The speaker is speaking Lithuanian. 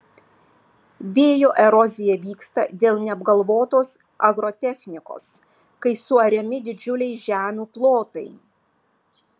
vėjo erozija vyksta dėl neapgalvotos agrotechnikos kai suariami didžiuliai žemių plotai